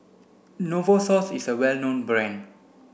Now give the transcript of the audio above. Novosource is a well known brand